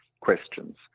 questions